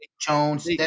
Jones